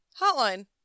hotline